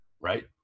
Right